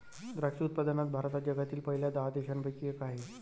द्राक्ष उत्पादनात भारत हा जगातील पहिल्या दहा देशांपैकी एक आहे